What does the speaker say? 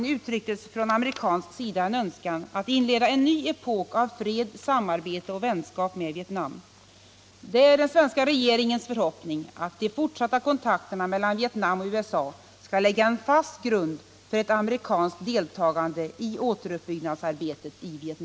Avser regeringen att ta ytterligare initiativ för extra bistånd, av katastrofmedel eller på annat sätt, till Vietnam med anledning av den svåra livsmedelssituationen?